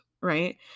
Right